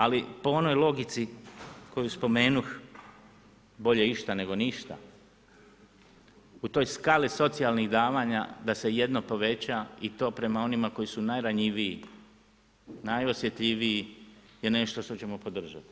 Ali po onoj logici koju spomenuh, bolje išta nego ništa, u toj skali socijalnih davanja da se jedno poveća i to prema onima koji su najranjiviji, najosjetljiviji je nešto što ćemo podržati.